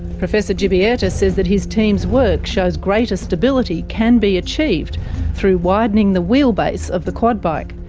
professor grzebieta says that his team's work shows greater stability can be achieved through widening the wheel base of the quad bike,